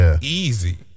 Easy